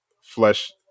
flesh